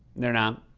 they're not?